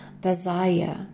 desire